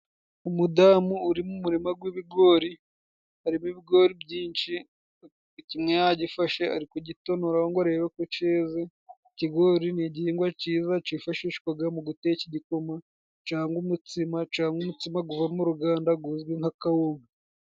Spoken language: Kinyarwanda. Umudamu uri mu murima w'ibigori, harimo ibigori byinshi kimwe yagifashe ari kugitonora ngo arebeko cyeze. Ikigori ni igihingwa cyiza cyifashishwa mu guteka igikoma cyangwa umutsima, cyangwa umutsima uva mu ruganda uzwi nka kawunga.